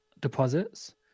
deposits